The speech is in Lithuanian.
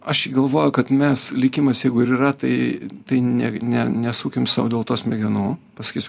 aš galvoju kad mes likimas jeigu ir yra tai tai ne ne nesukim sau dėl to smegenų pasakysiu